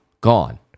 Gone